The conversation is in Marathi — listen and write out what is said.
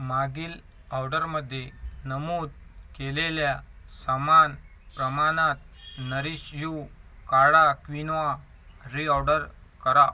मागील ऑर्डरमध्ये नमूद केलेल्या समान प्रमाणात नरीश यू काळा क्विनोआ रीऑर्डर करा